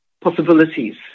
possibilities